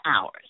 hours